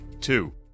two